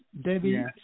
Debbie